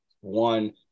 one